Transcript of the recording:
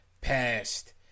past